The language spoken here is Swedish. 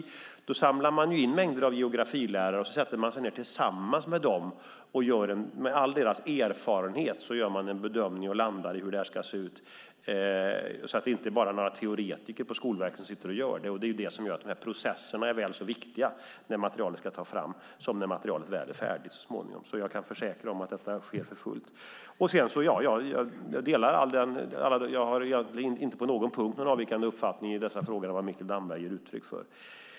Man samlar mängder av geografilärare och sätter sig ned tillsammans med dem och utifrån all deras erfarenhet gör man en bedömning och landar sedan i hur det ska se ut. Det är alltså inte enbart några teoretiker på Skolverket som sitter och gör det. Därför är processerna när materialet ska tas fram väl så viktiga som så småningom det färdiga materialet. Jag kan försäkra att det arbetet pågår för fullt. Jag har inte på någon punkt någon avvikande uppfattning i dessa frågor jämfört med vad Mikael Damberg ger uttryck för.